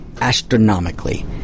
astronomically